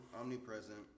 omnipresent